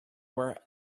were